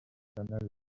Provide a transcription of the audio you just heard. danielle